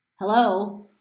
Hello